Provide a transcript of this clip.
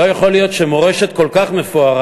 לא יכול להיות שמורשת כל כך מפוארה,